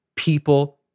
People